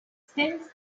since